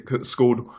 scored